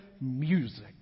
music